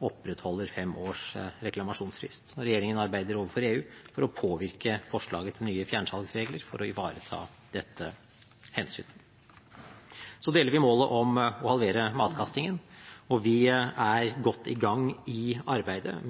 opprettholder fem års reklamasjonsfrist. Regjeringen arbeider overfor EU for å påvirke forslaget til nye fjernsalgsregler for å ivareta dette hensynet. Vi deler målet om å halvere matkastingen, og vi er godt i gang i arbeidet –